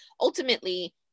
ultimately